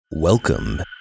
Welcome